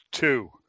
Two